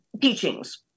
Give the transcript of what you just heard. teachings